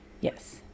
Yes